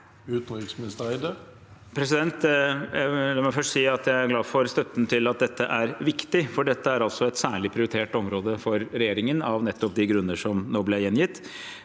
Utenriksminister Espen Barth Eide La meg først si at jeg er glad for støtten til at dette er viktig, for dette er altså et særlig prioritert område for regjeringen, av nettopp de grunner som nå ble gjengitt.